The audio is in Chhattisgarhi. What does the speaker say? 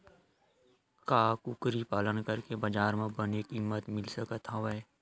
का कुकरी पालन करके बजार म बने किमत मिल सकत हवय?